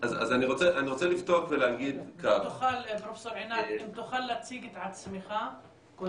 אם תוכל להציג את עצמך.